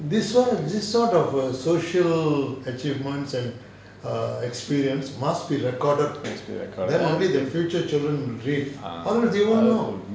must be recorded ah